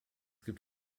gibt